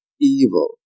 evil